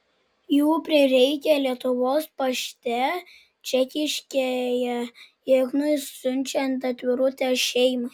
jų prireikė lietuvos pašte čekiškėje ignui siunčiant atvirutę šeimai